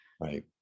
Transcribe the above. Right